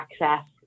access